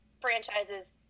franchises